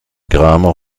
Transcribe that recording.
kramer